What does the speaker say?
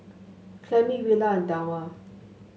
Clemie Willa and Thelma